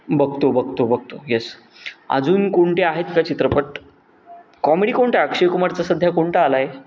बघतो बघतो बघतो यस अजून कोणते आहेत का चित्रपट कॉमेडी कोणता अक्षय कुमारचा सध्या कोणता आला आहे